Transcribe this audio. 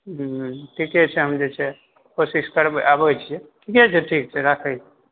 ठीके छै हम जे छै कोशिश करबै आबैके ठीके छै ठीक छै राखै छी